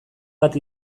bat